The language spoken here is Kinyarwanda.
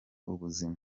ubuzima